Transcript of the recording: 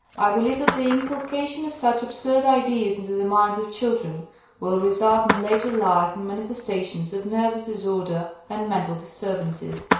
i believe that the inculcation of such absurd ideas into the minds of children will result in later life in manifestations of nervous disorder and mental disturbances.